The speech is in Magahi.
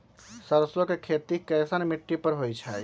सरसों के खेती कैसन मिट्टी पर होई छाई?